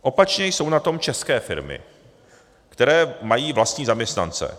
Opačně jsou na tom české firmy, které mají vlastní zaměstnance.